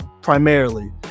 primarily